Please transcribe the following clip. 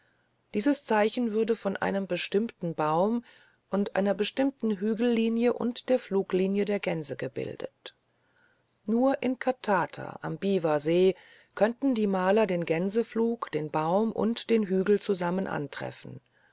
dieses zeichen würde von einem bestimmten baum und einer bestimmten hügellinie und der fluglinie der gänse gebildet nur in katata am biwasee könnten die maler den gänseflug den baum und den hügel